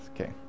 okay